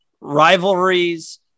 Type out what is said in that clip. rivalries